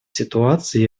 ситуации